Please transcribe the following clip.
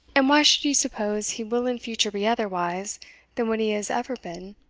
and why should you suppose he will in future be otherwise than what he has ever been,